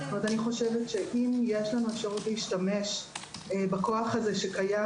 אם יש לנו אפשרות להשתמש בכוח הזה,